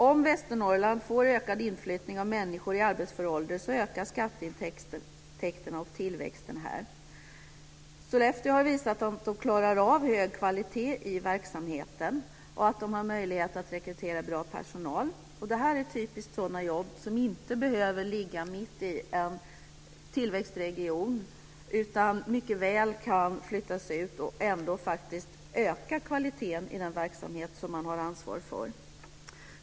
Om Västernorrland får ökad inflyttning av människor i arbetsför ålder ökar skatteintäkterna och tillväxten där. Sollefteå har visat att man klarar av hög kvalitet i verksamheten och har möjlighet att rekrytera bra personal. Det här är också typiska sådana jobb som inte behöver ligga mitt i en tillväxtregion utan som man mycket väl kan flytta ut och ändå öka kvaliteten i den verksamhet man har ansvar för.